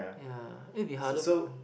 ya it will be harder